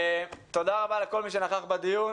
תודה רבה לכל מי שנכח בדיון,